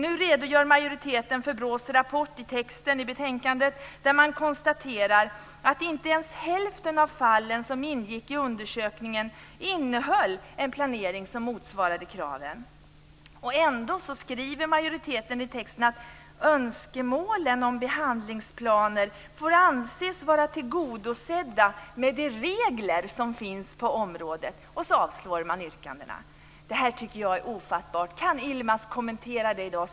Nu redogör utskottsmajoriteten i betänkandet för BRÅ:s rapport, där man konstaterar att inte ens hälften av fallen som ingick i undersökningen innehöll en planering som motsvarade kraven. Ändå skriver majoriteten i texten att "önskemålen om behandlingsplaner får anses vara tillgodosedda med de regler som finns på området", och så avstyrker man yrkandena. Detta tycker jag är ofattbart. Kan Yilmaz Kerimo kommentera det i dag?